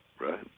right